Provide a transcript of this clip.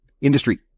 industry